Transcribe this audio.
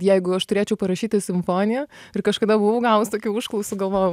jeigu aš turėčiau parašyti simfoniją ir kažkada buvau gavus tokių užklausų galvojau